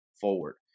forward